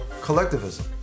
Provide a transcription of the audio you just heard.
collectivism